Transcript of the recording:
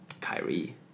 Kyrie